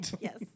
Yes